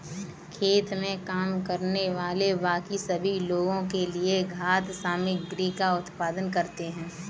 खेत में काम करने वाले बाकी सभी लोगों के लिए खाद्य सामग्री का उत्पादन करते हैं